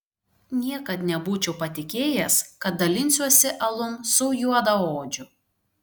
niekad nebūčiau patikėjęs kad dalinsiuosi alum su juodaodžiu